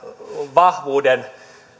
vahvuuden